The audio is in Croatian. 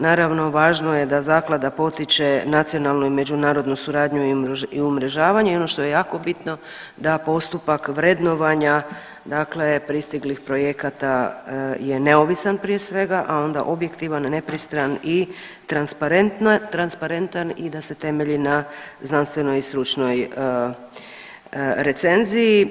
Naravno važno je da zaklada potiče nacionalnu i međunarodnu suradnju i umrežavanje i ono što je jako bitno da postupak vrednovanja pristiglih projekata je neovisan prije svega, a onda objektivan, nepristran i transparentan i da se temelji na znanstvenoj i stručnoj recenziji.